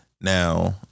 Now